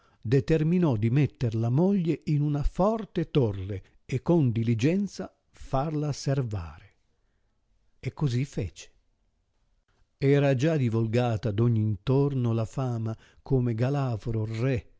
determinò di mettere la moglie in una forte torre e con diligenza farla servare e così fece era già divolgata d ogn intorno la fama come galafro re